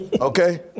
Okay